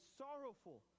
sorrowful